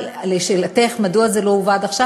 אבל לשאלתך מדוע זה לא הובא עד עכשיו,